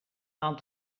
aan